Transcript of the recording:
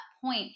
point